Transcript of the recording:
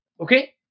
okay